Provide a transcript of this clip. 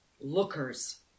Lookers